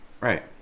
Right